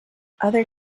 other